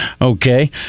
Okay